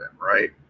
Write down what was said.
right